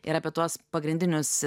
ir apie tuos pagrindinius